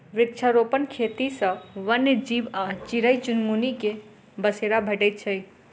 वृक्षारोपण खेती सॅ वन्य जीव आ चिड़ै चुनमुनी के बसेरा भेटैत छै